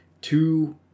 Two